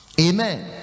amen